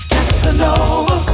Casanova